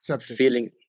feeling